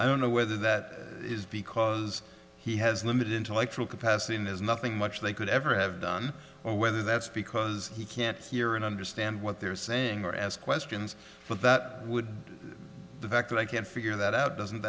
i don't know whether that is because he has limited intellectual capacity and there's nothing much they could ever have done whether that's because he can't hear and understand what they're saying or ask questions but that would the fact that i can't figure that out doesn't